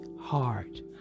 heart